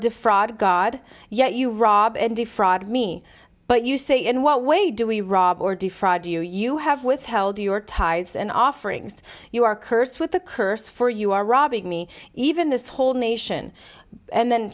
defraud god yet you rob and defraud me but you say in what way do we rob or defraud do you have withheld your tithes and offerings you are cursed with a curse for you are robbing me even this whole nation and then